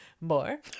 more